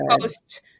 post